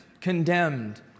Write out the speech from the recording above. Condemned